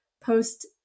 post